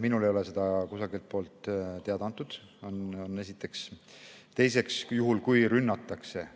Minule ei ole seda kusagilt poolt teada antud. Seda esiteks. Teiseks, juhul kui rünnatakse